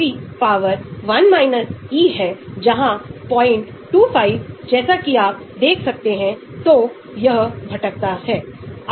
तो sigma X में उदाहरण के लिए हमारे पास इलेक्ट्रान निकासी समूह है NO2 आवेश X द्वारा स्थिर होता है संतुलन दाईं ओर बदलता है संतुलन दाईं ओर शिफ्ट होता है वह Kx KH होता है